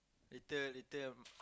later later I